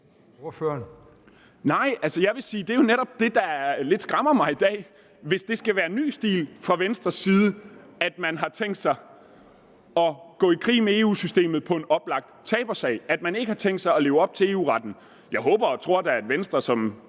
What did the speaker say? Nej, jeg vil sige, at det jo netop er det, der skræmmer mig lidt i dag, altså hvis det skal være en ny stil fra Venstres side, at man har tænkt sig at gå i krig med EU-systemet på en oplagt tabersag, at man ikke har tænkt sig at leve op til EU-retten. Jeg håber og tror da, at Venstre i